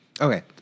Okay